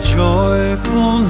joyful